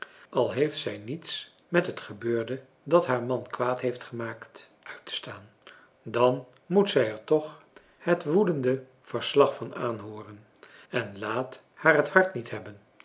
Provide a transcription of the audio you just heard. al heeft zij niets met het gebeurde dat haar man kwaad heeft gemaakt uit te staan dan moet zij er toch het woedende verslag van aanhooren en laat haar het hart niet hebben